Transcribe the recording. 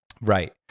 Right